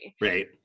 right